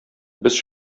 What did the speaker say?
без